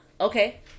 Okay